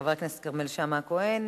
חבר הכנסת כרמל שאמה-הכהן.